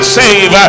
save